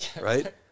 right